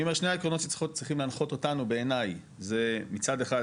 אני אומר שני העקרונות שצריכים להנחות אותנו בעיני זה מצד אחד